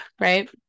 right